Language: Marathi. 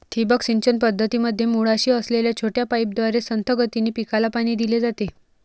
ठिबक सिंचन पद्धतीमध्ये मुळाशी असलेल्या छोट्या पाईपद्वारे संथ गतीने पिकाला पाणी दिले जाते